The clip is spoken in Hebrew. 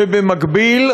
ובמקביל,